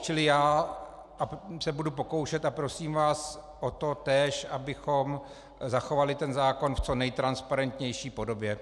Čili já se budu pokoušet a prosím vás o totéž, abychom zachovali ten zákon v co nejtransparentnější podobě.